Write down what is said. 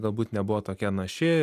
galbūt nebuvo tokia naši